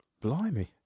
Blimey